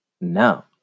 no